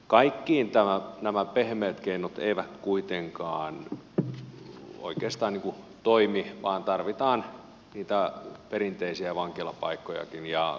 kaikkiin nämä pehmeät keinot eivät kuitenkaan oikeastaan toimi vaan tarvitaan niitä perinteisiä vankilapaikkojakin ja kovempia rangaistuksia